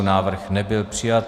Návrh nebyl přijat.